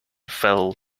fell